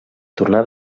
tornà